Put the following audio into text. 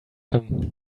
him